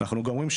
אנחנו גם רואים,